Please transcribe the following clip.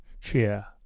cheer